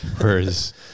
Whereas